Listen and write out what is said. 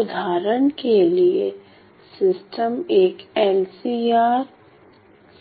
उदाहरण के लिए सिस्टम एक LCR